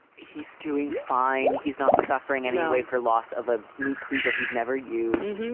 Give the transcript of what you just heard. he's doing fine. he's not suffering any way for loss of a meat cleaver. he's never used.